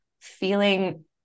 feeling